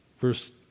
Verse